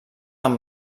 amb